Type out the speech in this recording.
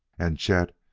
and chet,